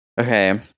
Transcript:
Okay